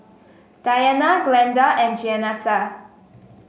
Diana Glenda and Jeanetta